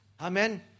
Amen